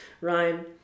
Ryan